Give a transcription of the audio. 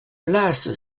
place